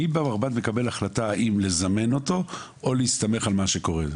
מי במרב"ד מקבל החלטה האם לזמן אותו או להסתמך על מה שקורה,